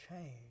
change